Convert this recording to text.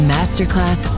Masterclass